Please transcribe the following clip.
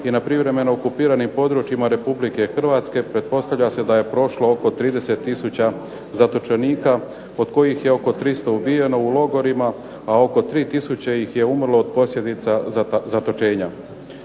i na privremeno okupiranim područjima Republike Hrvatske pretpostavlja se da je prošlo oko 30 tisuća zatočenika, od kojih je oko 300 ubijeno u logorima, a oko 3 tisuće ih je umrlo od posljedica zatočenja.